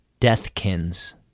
deathkins